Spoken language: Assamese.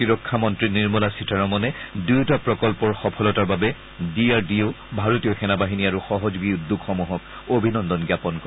প্ৰতিৰক্ষা মন্ত্ৰী নিৰ্মলা সীতাৰমনে দুয়োটা প্ৰকল্পৰ সফলতাৰ বাবে ডি আৰ ডি অ' ভাৰতীয় সেনাবাহিনী আৰু সহযোগী উদ্যোগসমূহক অভিনন্দন জ্ঞাপন কৰে